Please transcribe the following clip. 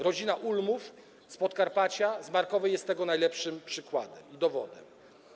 Rodzina Ulmów z Podkarpacia, z Markowej jest tego najlepszym przykładem i dowodem.